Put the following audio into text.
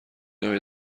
نمی